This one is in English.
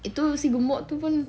itu si gemuk tu pun